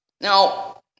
Now